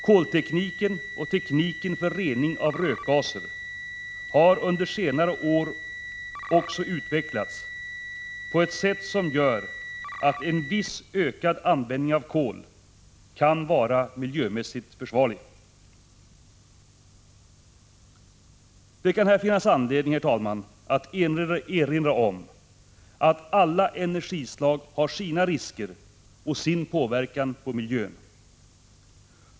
Koltekniken och tekniken för rening av rökgaser har under senare år också utvecklats på ett sätt som gör att en viss ökad användning av kol kan vara miljömässigt försvarlig. Det kan här finnas anledning, herr talman, att erinra om att alla energislag har sina risker och sin påverkan på miljön.